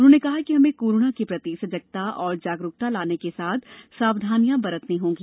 उन्होंने कहा कि हमे कोरोना के प्रति सजगता और जागरूकता लाने के साथ सावधानियां भी बरतनी होंगी